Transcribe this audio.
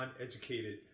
uneducated